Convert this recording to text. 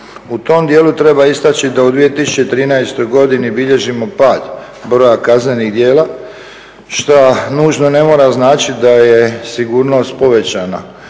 U tom dijelu treba istaći da u 2013. godini bilježimo pad broja kaznenih djela šta nužno ne mora značiti da je sigurnost povećana.